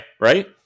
right